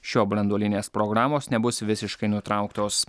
šio branduolinės programos nebus visiškai nutrauktos